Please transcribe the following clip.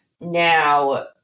Now